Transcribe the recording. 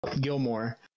Gilmore